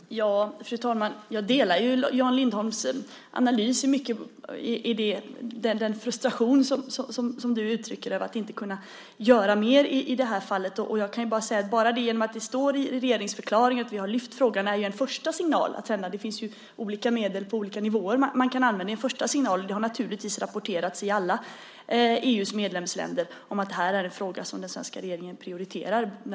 Fru talman! Jag delar Jan Lindholms analys i mycket och den frustration han uttrycker över att inte kunna göra mer i det här fallet. Att det står i regeringsförklaringen att vi har lyft fram frågan är en första signal att sända. Det finns ju olika medel på olika nivåer som man kan använda. Det har naturligtvis rapporterats i alla EU:s medlemsländer att det är en fråga som den svenska regeringen prioriterar.